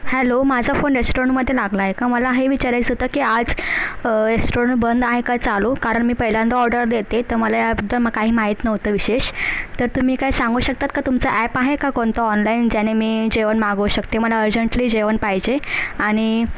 hello माझा phone रेस्टॉरंटमध्ये लागला आहे का मला हे विचारायचं होतं की आज रेस्टॉरंट बंद आहे का चालू कारण मी पहिल्यांदा ऑर्डर देते तर मला याबद्दल काही माहीत नव्हतं विशेष तर तुम्ही काही सांगू शकतात का तुमचं ॲप आहे का कोणतं ऑनलाईन ज्याने मी जेवण मागवू शकते मला अर्जंटली जेवण पाहिजे आणि